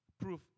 proof